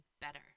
better